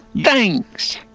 Thanks